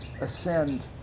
ascend